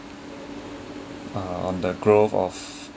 um the growth of